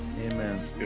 Amen